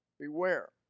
Beware